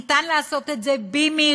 ניתן לעשות את זה במהירות,